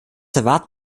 erwarten